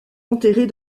enterrées